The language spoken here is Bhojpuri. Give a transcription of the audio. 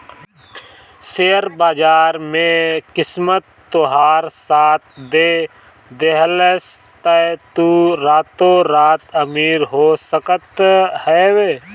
शेयर बाजार में किस्मत तोहार साथ दे देहलस तअ तू रातो रात अमीर हो सकत हवअ